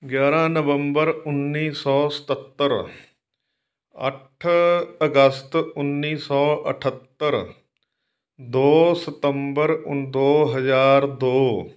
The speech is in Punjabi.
ਗਿਆਰ੍ਹਾਂ ਨਵੰਬਰ ਉੱਨੀ ਸੌ ਸਤੱਤਰ ਅੱਠ ਅਗਸਤ ਉੱਨੀ ਸੌ ਅਠੱਤਰ ਦੋ ਸਤੰਬਰ ਦੋ ਹਜ਼ਾਰ ਦੋ